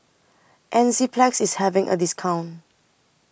Enzyplex IS having A discount